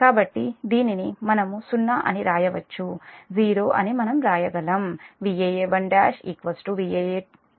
కాబట్టి దీనిని మనము '0' అని వ్రాయవచ్చు '0' అని మనం వ్రాయగలము